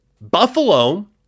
Buffalo